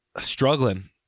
struggling